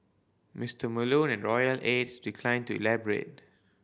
Mister Malone and royal aides declined to elaborate